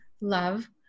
love